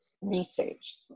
research